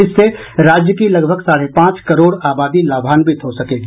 इससे राज्य की लगभग साढ़े पांच करोड़ आबादी लाभांवित हो सकेगी